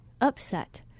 upset